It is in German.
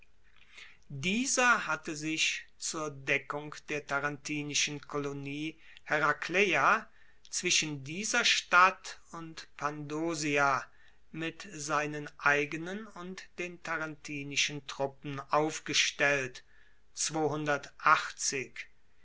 dieser hatte sich zur deckung der tarentinischen kolonie herakleia zwischen dieser stadt und pandosia mit seinen eigenen und den tarentinischen truppen aufgestellt